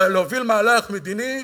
להוביל מהלך מדיני,